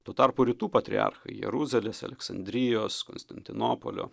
tuo tarpu rytų patriarchai jeruzalės aleksandrijos konstantinopolio